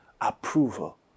approval